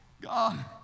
God